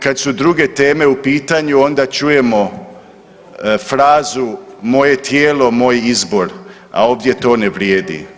Kad su druge teme u pitanju onda čujemo frazu moje tijelo moj izbor, a ovdje to ne vrijedi.